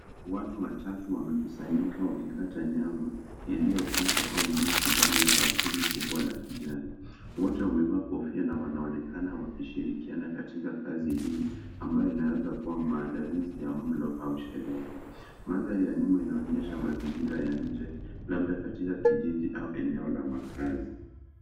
Watu watatu wamekusanyika wakikata nyama iliyopikwa au mbichi ndani ya bakuli kubwa la kijani. Wote wamevaa kofia na wanaonekana wakishirikiana katika kazi hii ambayo inaweza kuwa maandalizi ya mlo au sherehe. Mandhari ya nyuma inaonyesha mazingira ya nje labda katika kijiji au eneo la makazi.